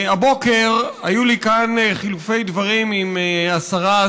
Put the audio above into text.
הבוקר היו לי כאן חילופי דברים עם השרה,